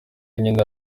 nyene